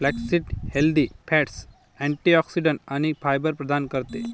flaxseed healthy fats, antioxidants आणि fibre प्रदान करते